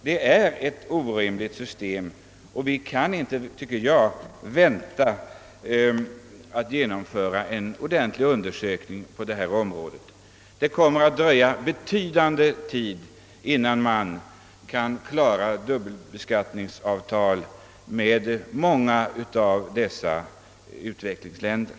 Det är ett orimligt system, och jag tycker inte att vi kan vänta med att genomföra en ordentlig undersökning på området. Det kommer ändå att dröja, som jag tidigare sagt, avsevärd tid innan vi kan få till stånd <dubbelbeskattningsavtal med många av utvecklingsländerna.